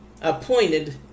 appointed